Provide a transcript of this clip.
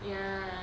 ya